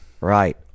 right